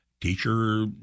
teacher